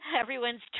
Everyone's